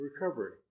Recovery